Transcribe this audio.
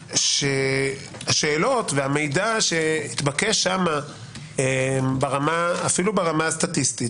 השאלות והמידע שהתבקש שם אפילו ברמה הסטטיסטית,